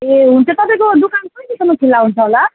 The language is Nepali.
ए हुन्छ तपाईँको दोकान कहिलेसम्म खुल्ला हुन्छ होला